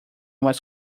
was